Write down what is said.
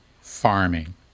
farming